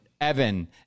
Evan